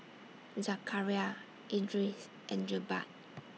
Zakaria Idris and Jebat